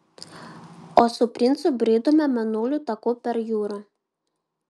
o su princu bridome mėnulio taku per jūrą